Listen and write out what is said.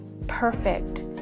perfect